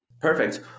Perfect